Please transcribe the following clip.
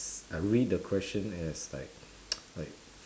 I read the question as like like